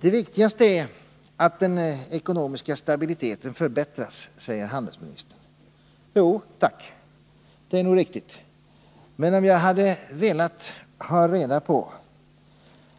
Det viktigaste är att den ekonomiska stabiliteten förbättras, säger handelsministern. Jo tack, det är nog riktigt. Men om jag hade velat ha reda på